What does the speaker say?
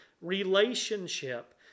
relationship